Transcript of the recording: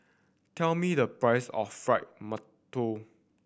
tell me the price of fried